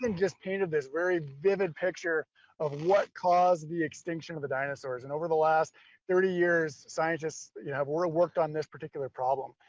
and just painted this very vivid picture of what caused the extinction of the dinosaurs. and over the last thirty years, scientists have world worked on this particular problem,